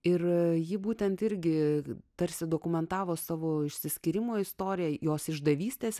ir ji būtent irgi tarsi dokumentavo savo išsiskyrimo istoriją jos išdavystės